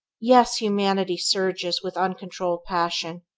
yes, humanity surges with uncontrolled passion,